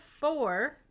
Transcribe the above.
four